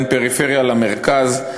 בין פריפריה למרכז,